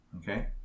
Okay